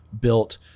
built